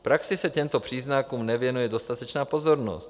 V praxi se těmto příznakům nevěnuje dostatečná pozornost.